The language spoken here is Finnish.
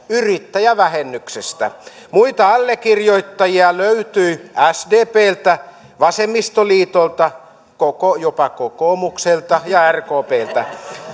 yrittäjävähennyksestä muita allekirjoittajia löytyi sdpltä vasemmistoliitolta jopa kokoomukselta ja rkplta